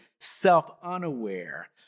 self-unaware